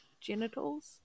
genitals